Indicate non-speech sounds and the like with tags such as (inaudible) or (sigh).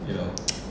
(noise)